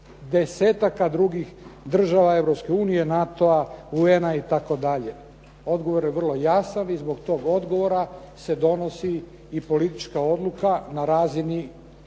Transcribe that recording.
desetaka drugih država Europske unije, NATO-a, UN-a itd. Odgovor je vrlo jasan i zbog tog odgovora se donosi i politička odluka na razini